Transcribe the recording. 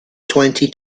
twenty